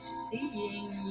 seeing